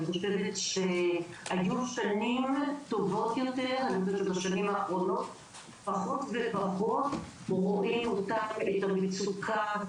היו שנים טובות יותר ובשנים האחרונות פחות ופחות רואים את המצוקה,